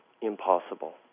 impossible